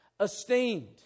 esteemed